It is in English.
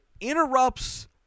interrupts